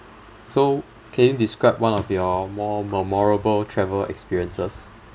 so okay describe one of your more memorable travel experiences